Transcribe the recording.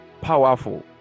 Powerful